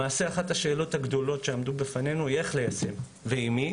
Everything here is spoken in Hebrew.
למעשה אחת השאלות הגדולות שעמדו בפנינו הייתה איך ליישם ועם מי